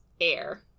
air